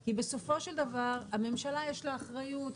כי בסופו של דבר לממשלה יש אחריות,